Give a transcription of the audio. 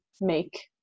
make